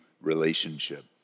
relationship